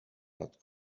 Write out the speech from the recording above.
not